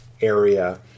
area